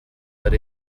but